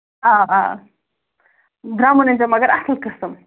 آ آ درٛمُن أنۍزیو مَگر اَصٕل قٕسٕم